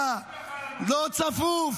------- לא צפוף?